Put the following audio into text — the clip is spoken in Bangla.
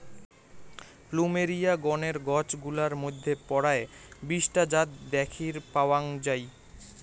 প্লুমেরীয়া গণের গছ গুলার মইধ্যে পরায় বিশ টা জাত দ্যাখির পাওয়াং যাই